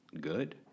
good